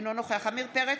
אינו נוכח עמיר פרץ,